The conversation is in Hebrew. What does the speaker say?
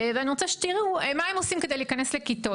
ואני רוצה שתראו מה הם עושים כדי להיכנס לכיתות.